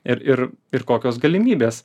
ir ir ir kokios galimybės